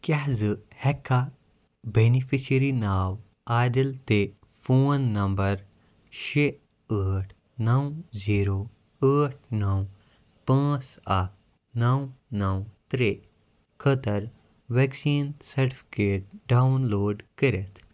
کیٛاہ زٕ ہٮ۪کٕکھا بیٚنِفِشری ناو عادِل تہِ فون نمبر شےٚ ٲٹھ نَو زیٖرو ٲٹھ نَو پٲنٛژھ اَکھ نَو نَو ترٛےٚ خٲطٕر ویکسیٖن سَٹفِکیٹ ڈاوُن لوڈ کٔرِتھ